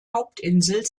hauptinsel